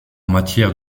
matière